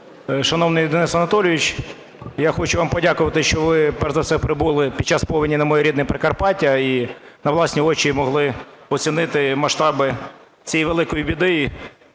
Шановний Денис Анатолійович, я хочу вам подякувати, що ви, перш за все, прибули під час повені на моє рідне Прикарпаття і на власні очі могли оцінити масштаби цієї великої біди,